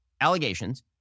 allegations